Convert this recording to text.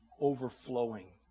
overflowing